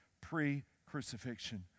pre-crucifixion